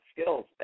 skills